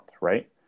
right